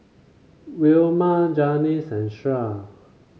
Wilma Janis and Shirl